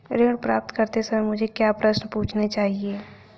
ऋण प्राप्त करते समय मुझे क्या प्रश्न पूछने चाहिए?